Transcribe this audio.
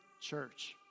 church